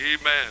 Amen